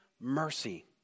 mercy